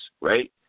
right